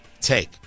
take